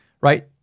right